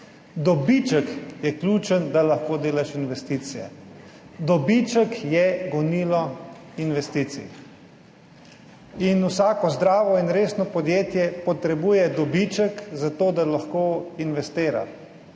dobiček je ključen, da lahko delaš investicije. Dobiček je gonilo investicij in vsako zdravo in resno podjetje potrebuje dobiček za to, da lahko investira.